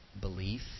belief